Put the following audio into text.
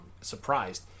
surprised